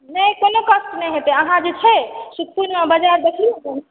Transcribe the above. नहि कोनो कष्ट नहि हेतैय अहाँ जे छै सुखपुरमे बाजार देखलू